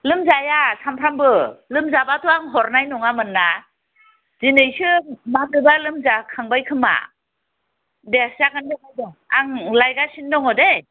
लोमजाया सानफ्रामबो लोमजाब्लाथ' आं हरनाय नङामोन ना दिनैसो मानोबा लोमजाखांबायखोमा दे जागोन दे आं लायगासिनो दङ दै